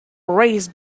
raised